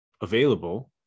available